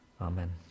Amen